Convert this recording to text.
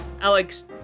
Alex